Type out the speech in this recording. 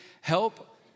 help